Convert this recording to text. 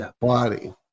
body